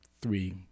three